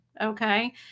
Okay